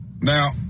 Now